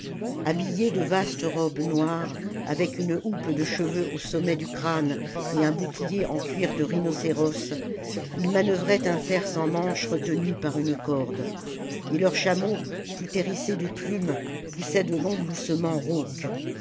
habillés de vastes robes noires avec une houppe de cheveux au sommet du crâne et un boucher en cuir de rhinocéros ils manœuvraient un fer sans manche retenu par une corde et leurs chameaux tout hérissés de plumes poussaient de longs gloussements rauques